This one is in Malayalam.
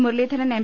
മുരളീധരൻ എം